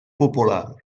popular